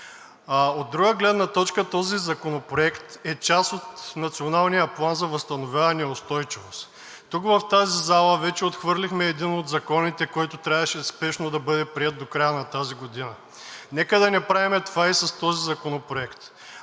От друга гледна точка, този законопроект е част от Националния план за възстановяване и устойчивост. Тук, в тази зала, вече отхвърлихме един от законите, който трябваше спешно да бъде приет до края на тази година. Нека да не правим това и с този законопроект.